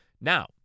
Now